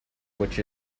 which